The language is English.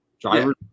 Driver's